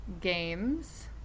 games